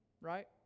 right